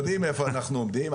אנחנו יודעים איפה אנחנו עומדים.